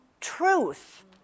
truth